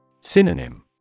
Synonym